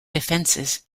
defenses